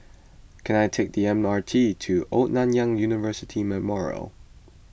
can I take the M R T to Old Nanyang University Memorial